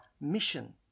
mission